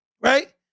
Right